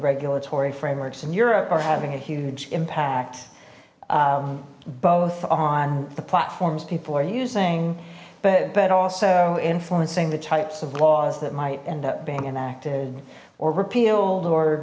regulatory frameworks and europe are having a huge impact both on the platforms people are using but but also influencing the types of laws that might end up being enacted or repealed or